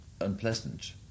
unpleasant